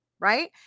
right